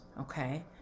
okay